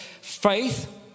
Faith